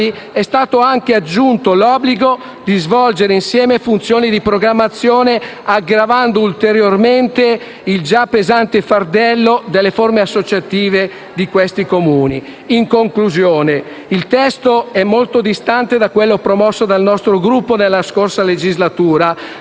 è stato aggiunto l'obbligo di svolgere insieme funzioni di programmazione, aggravando ulteriormente il già pesante fardello delle forme associative di questi Comuni. In conclusione, il testo è molto distante da quello promosso dal nostro Gruppo nella scorsa legislatura,